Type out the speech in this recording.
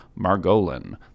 Margolin